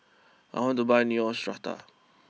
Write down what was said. I want to buy Neostrata